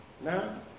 Now